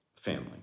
family